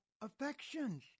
affections